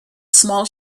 small